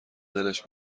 دلش